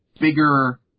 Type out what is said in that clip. bigger